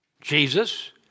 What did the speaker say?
Jesus